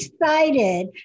excited